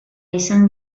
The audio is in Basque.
izan